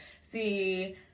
see